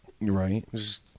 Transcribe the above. Right